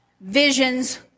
visions